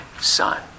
Son